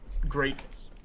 greatness